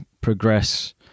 progress